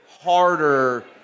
harder